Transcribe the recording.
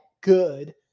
good